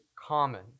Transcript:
Common